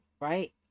right